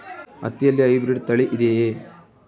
ಹತ್ತಿಯಲ್ಲಿ ಹೈಬ್ರಿಡ್ ತಳಿ ಇದೆಯೇ?